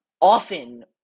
often